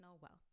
wealth